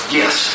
yes